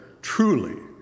Truly